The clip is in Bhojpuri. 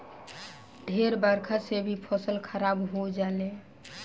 ढेर बरखा से भी फसल खराब हो जाले